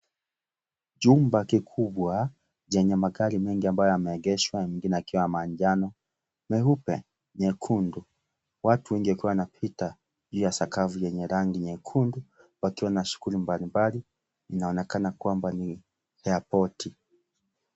Jumba kikubwa jenye magari mengi ambayo yameegeshwa, mengine yakiwa ya manjano, meupe, nyekundu watu wengine wakiwa wanapita juu ya sakafu yenye rangi nyekundu wakiwa na shughuli mbalimbali inaonekana kwamba ni airpoti .